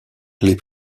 les